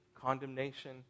condemnation